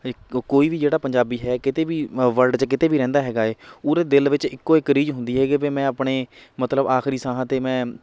ਕੋਈ ਵੀ ਜਿਹੜਾ ਪੰਜਾਬੀ ਹੈ ਕਿਤੇ ਵੀ ਅ ਵਰਲਡ 'ਚ ਕਿਤੇ ਵੀ ਰਹਿੰਦਾ ਹੈਗਾ ਏ ਉਹਦੇ ਦਿਲ ਵਿੱਚ ਇੱਕੋ ਇੱਕ ਰੀਝ ਹੁੰਦੀ ਹੈਗੀ ਹੈ ਵੀ ਮੈਂ ਆਪਣੇ ਮਤਲਬ ਆਖਰੀ ਸਾਹਾਂ 'ਤੇ ਮੈਂ